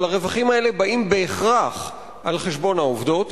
אבל הרווחים האלה באים בהכרח על חשבון העובדות,